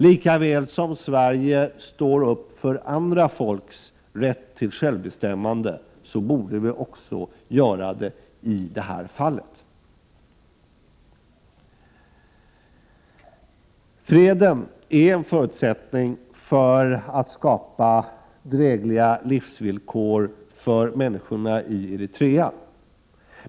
Lika väl som Sverige ställer upp på andra folks rätt till självbestämmande borde Sverige också göra det i det här fallet. Freden är en förutsättning för att drägliga livsvillkor för människorna i Eritrea kan skapas.